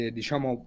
diciamo